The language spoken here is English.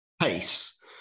pace